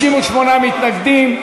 58 מתנגדים.